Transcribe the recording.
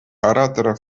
оратора